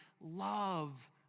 Love